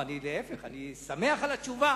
להיפך, אני שמח על התשובה.